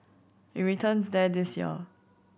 it returns there this year